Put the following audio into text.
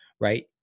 right